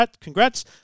congrats